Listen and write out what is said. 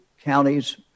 counties